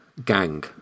Gang